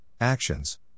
actions